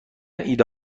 ایده